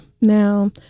Now